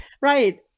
Right